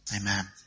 Amen